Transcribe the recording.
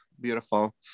beautiful